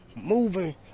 moving